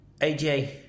aj